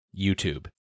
YouTube